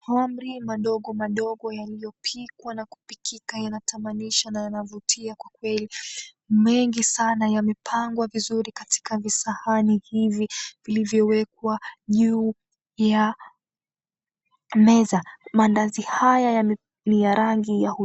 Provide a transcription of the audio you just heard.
Mahamri madogo madogo yaliyopikwa na kupikika yanatamanisha na yavutia kwa kweli. Mengi sana yamepangwa vizuri katika visahani hivi vilivyowekwa juu ya meza. Mandazi haya ni ya rangi ya hudhurungi.